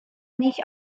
nicht